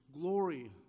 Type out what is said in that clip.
glory